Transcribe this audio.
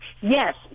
yes